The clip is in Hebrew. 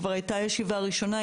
כבר הייתה ישיבה ראשונה,